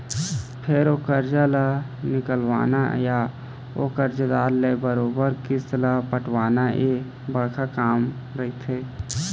फेर ओ करजा ल निकलवाना या ओ करजादार ले बरोबर किस्ती ल पटवाना ये बड़का काम रहिथे